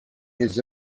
his